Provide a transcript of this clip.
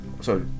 sorry